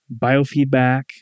biofeedback